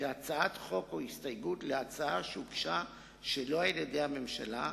כהצעת חוק או הסתייגות להצעה שהוגשה שלא על-ידי הממשלה,